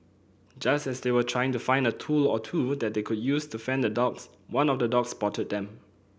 just as they were trying to find a tool or two that they could use to fend off the dogs one of the dogs spotted them